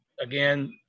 again